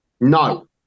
No